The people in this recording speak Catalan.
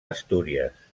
astúries